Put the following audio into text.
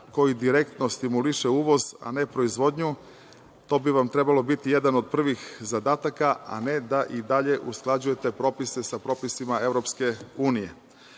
koji direktno stimuliše uvoz, a ne proizvodnju, to bi vam trebalo biti jedan od prvih zadataka, a ne da i dalje usklađujete propise sa propisima EU.Na kraju,